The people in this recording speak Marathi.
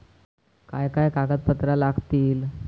काय काय कागदपत्रा लागतील?